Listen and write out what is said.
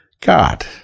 god